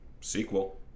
sequel